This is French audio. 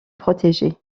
protégé